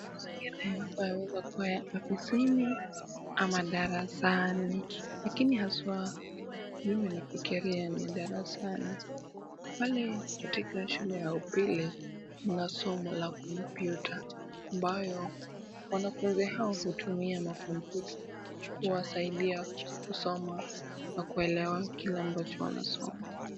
Hapa panaweza kuwa ofisini ama darasani, lakini haswa mimi nafikiria ni darasani . Pale shule ya upili, kuna somo la kompyuta ambalo, wanafunzi hao hutumia makompyuta kuwasaidia kusoma na kuelewa kile ambacho wanasoma.